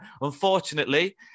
unfortunately